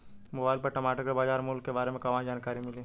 Mobile पर टमाटर के बजार मूल्य के बारे मे कहवा से जानकारी मिली?